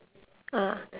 ah